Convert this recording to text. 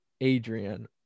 adrian